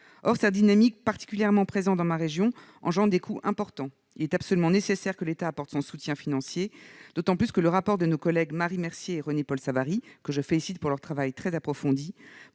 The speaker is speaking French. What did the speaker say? Or cette dynamique, particulièrement forte dans ma région, engendre des coûts importants. Il est absolument nécessaire que l'État apporte son soutien financier, d'autant que le rapport de nos collègues Marie Mercier et René-Paul Savary, que je félicite pour leur travail très approfondi,